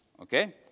Okay